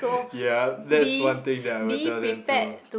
ya that's one thing that I would tell them too